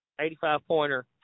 85-pointer